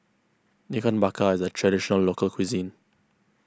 Ikan Bakar is a Traditional Local Cuisine